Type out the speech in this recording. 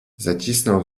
zacisnął